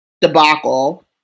debacle